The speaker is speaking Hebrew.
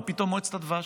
מה פתאום מועצת הדבש?